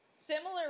Similar